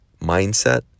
mindset